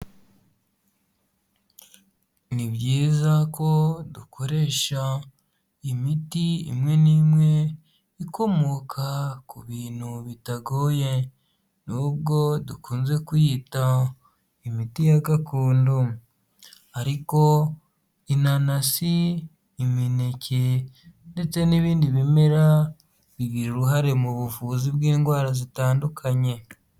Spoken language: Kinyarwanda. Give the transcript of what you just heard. Ni byiza ko dukoresha imiti imwe n'i imwe ikomoka ku bintu bitagoye, n'ubwo dukunze kuyita imiti ya gakondo ariko inanasi, imineke ndetse n'ibindi bimera bigira uruhare mu buvuzi bw'indwara zitandukanye.